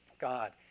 God